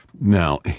Now